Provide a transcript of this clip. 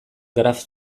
graf